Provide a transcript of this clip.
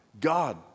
God